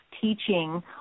teaching